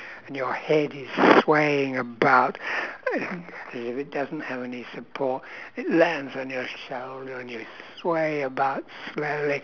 and your head is swaying about as if it doesn't have any support it lands on your shoulder and you sway about